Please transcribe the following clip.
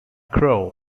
crowe